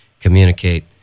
communicate